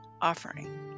offering